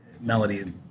Melody